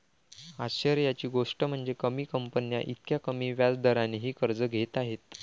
आश्चर्याची गोष्ट म्हणजे, कमी कंपन्या इतक्या कमी व्याज दरानेही कर्ज घेत आहेत